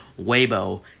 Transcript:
Weibo